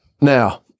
Now